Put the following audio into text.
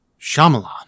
Shyamalan